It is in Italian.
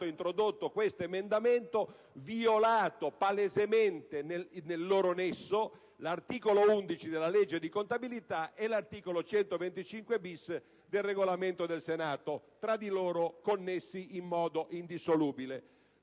introdotto questo emendamento, violato palesemente nel loro nesso l'articolo 11 della legge di contabilità e l'articolo 125-*bis* del Regolamento del Senato, tra di loro connessi in modo indissolubile.